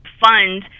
fund